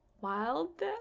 wild